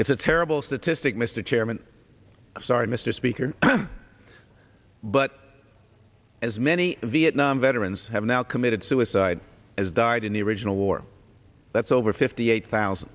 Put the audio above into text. it's a terrible statistic mr chairman i'm sorry mr speaker but as many vietnam veterans have now committed suicide as died in the original war that's over fifty eight thousand